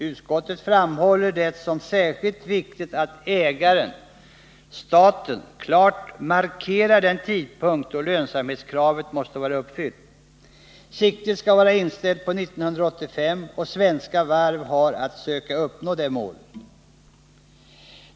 Utskottet framhåller det som särskilt viktigt att ägaren — staten — klart markerar den tidpunkt då lönsamhetskravet måste vara uppfyllt. Siktet skall vara inställt på 1985, och Svenska Varv har att söka uppnå det målet.